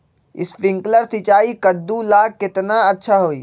Sprinkler सिंचाई कददु ला केतना अच्छा होई?